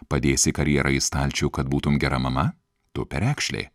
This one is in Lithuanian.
padėsi karjerą į stalčių kad būtum gera mama tu perekšlė